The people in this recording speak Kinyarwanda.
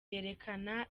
yerekana